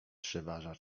przeważa